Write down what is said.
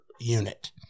unit